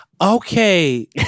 Okay